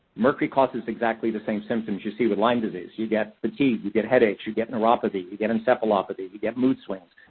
mercury causes exactly the same symptoms you see with lyme disease. you get fatigue, you get headaches, you get neuropathy, you get encephalopathy, you get mood swings.